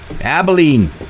Abilene